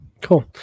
Cool